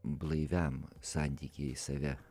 blaiviam santykyje į save